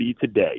today